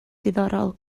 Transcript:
diddorol